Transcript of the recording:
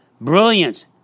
brilliance